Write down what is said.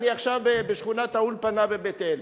אני עכשיו בשכונת-האולפנה בבית-אל,